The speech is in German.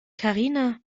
karina